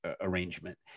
arrangement